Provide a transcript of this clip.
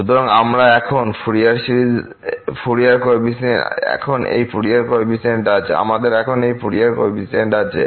সুতরাং আমাদের এখন এই ফুরিয়ার কোফিসিয়েন্টস আছে